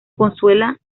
consuela